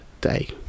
day